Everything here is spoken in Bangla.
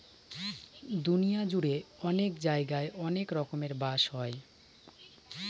দুনিয়া জুড়ে অনেক জায়গায় অনেক রকমের বাঁশ হয়